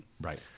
Right